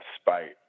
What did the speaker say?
spite